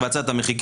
תבצע את המחיקה,